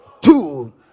two